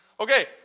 Okay